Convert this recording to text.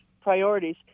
priorities